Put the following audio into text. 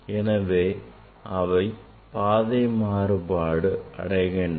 எனவே அவை பாதை மாறுபாடு அடைகின்றன